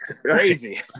crazy